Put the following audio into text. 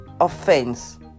offense